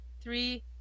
Three